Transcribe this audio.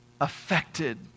affected